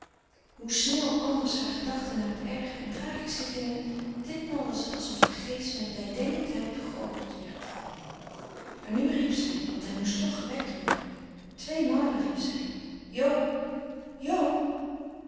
hoe snel anders haar gedachten naar het erge en tragische gingen ditmaal was het alsof haar geest met blijdenkendheid begoocheld werd maar nu riep zij want hij moest toch gewekt worden tweemalen riep zij jo jo